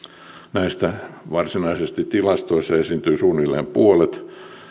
näistä varsinaisesti tilastoissa esiintyy suunnilleen puolet